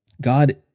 God